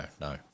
no